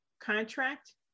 contract